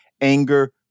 anger